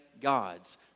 God's